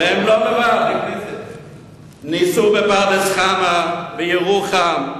ניסו בפרדס-חנה, בירוחם.